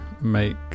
make